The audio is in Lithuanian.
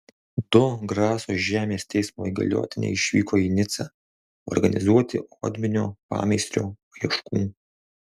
du graso žemės teismo įgaliotiniai išvyko į nicą organizuoti odminio pameistrio paieškų